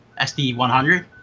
SD100